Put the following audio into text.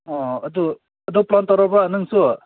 ꯑꯥ ꯑꯗꯨ ꯑꯗꯨ ꯄ꯭ꯂꯥꯟ ꯇꯧꯔꯕ꯭ꯔꯥ ꯅꯪꯁꯨ